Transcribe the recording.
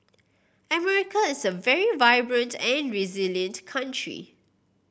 America is a very vibrant and resilient country